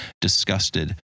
disgusted